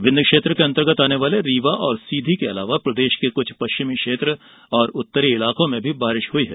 विंध्य क्षेत्र के अंतर्गत आर्न वाले रीवा सीधी के अलावा प्रदेश के कुछ पश्चिमी क्षेत्र और उत्तरी इलाकों में भी बारिश हयी है